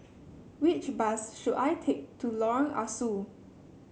which bus should I take to Lorong Ah Soo